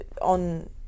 on